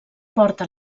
porta